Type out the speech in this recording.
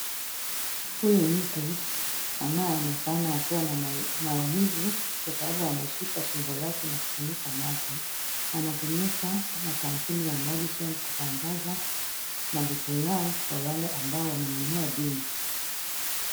Huyu mtu anayeonekana akiwa na maumivu kwa sababu ameshika shingo lake na kufunika macho, anatumika na kampuni ya Madison kutangaza malipo yao kwa wale ambao wamenunua bima.